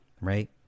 Right